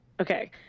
okay